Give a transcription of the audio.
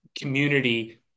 community